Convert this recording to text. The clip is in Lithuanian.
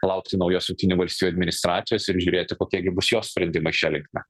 laukti naujos jungtinių valstijų administracijos ir žiūrėti kokie gi bus jos sprendimai šia linkme